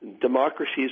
democracies